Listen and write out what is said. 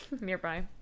nearby